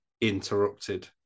interrupted